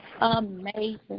Amazing